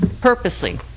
purposely